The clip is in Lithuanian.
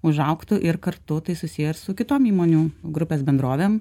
užaugtų ir kartu tai susiję su kitom įmonių grupės bendrovėm